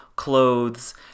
Clothes